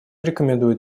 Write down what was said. рекомендует